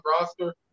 roster